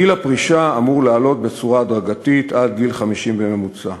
גיל הפרישה אמור לעלות בצורה הדרגתית עד גיל 50 בממוצע.